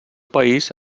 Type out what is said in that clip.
país